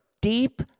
deep